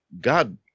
God